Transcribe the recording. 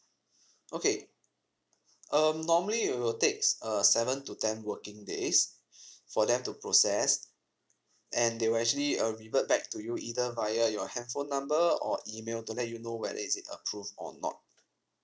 okay um normally it will takes uh seven to ten working days for them to process and they will actually uh revert back to you either via your handphone number or email to let you know whether is it approved or not